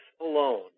alone